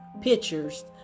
pictures